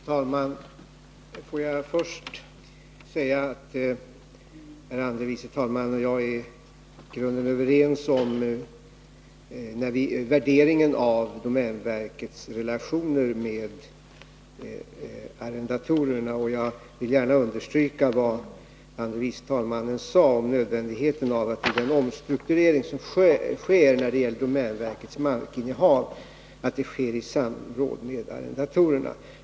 Herr talman! Låt mig först säga att herr andre vice talmannen och jag är i grunden överens om värderingen av domänverkets relationer med arrendatorerna. Jag vill gärna understryka vad andre vice talmannen sade om nödvändigheten av att den omstrukturering som sker när det gäller domänverkets markinnehav sker i samråd med arrendatorerna.